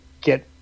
get